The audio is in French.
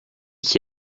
qui